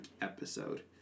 episode